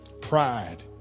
Pride